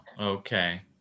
okay